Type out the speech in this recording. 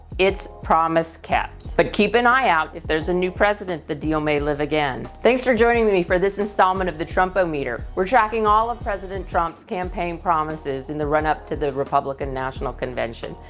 it's promise kept. but keep an eye out, if there's a new president, the deal may live again. thanks for joining me for this installment of the trump-o-meter. we're tracking all of president trump's campaign promises in the run-up to the republican national convention.